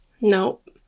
Nope